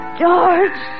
George